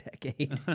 decade